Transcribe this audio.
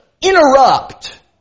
interrupt